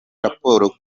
raporo